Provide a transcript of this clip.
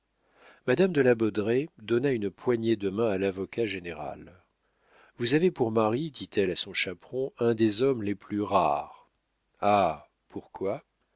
madame de la baudraye donna une poignée de main à lavocat général vous avez pour mari dit-elle à son chaperon un des hommes les plus rares ah pourquoi